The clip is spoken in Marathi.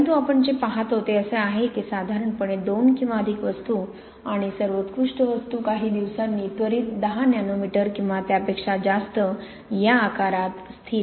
परंतु आपण जे पाहतो ते असे आहे की साधारणपणे 2 किंवा अधिक वस्तू आणि सर्वोत्कृष्ट वस्तू काही दिवसांनी त्वरीत 10 नॅनोमीटर किंवा त्यापेक्षा जास्त या आकारात स्थिर होते